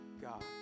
God